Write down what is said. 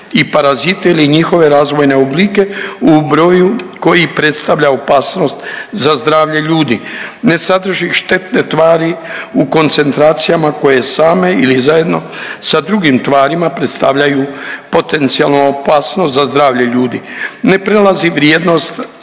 i parazite ili njihove razvojne oblike u broju koji predstavlja opasnost za zdravlje ljudi, ne sadrži štetne tvari u koncentracijama koje same ili zajedno sa drugim tvarima predstavljaju potencijalnu opasnost za zdravlje ljudi, ne prelazi vrijednost